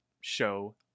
show